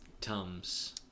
Tums